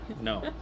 no